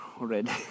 already